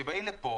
כשבאים לכאן,